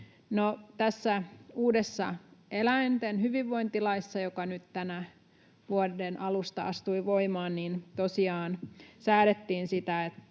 tässä uudessa eläinten hyvinvointilaissa, joka nyt tämän vuoden alusta astui voimaan, tosiaan säädettiin siitä,